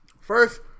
First